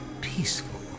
peaceful